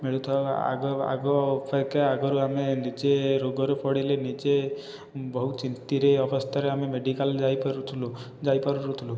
ମିଳୁଥିବା ଆଗ ଆଗ ଅପେକ୍ଷା ଆଗରୁ ଆମେ ନିଜେ ରୋଗରେ ପଡ଼ିଲେ ନିଜେ ବହୁତ ଚିନ୍ତାରେ ଅବସ୍ଥାରେ ଆମେ ମେଡ଼ିକାଲ ଯାଇପାରୁଥିଲୁ ଯାଇପାରୁନଥିଲୁ